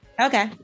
Okay